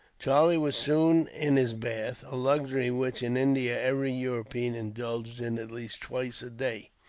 charlie was soon in his bath, a luxury which, in india, every european indulges in at least twice a day.